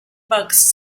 bucks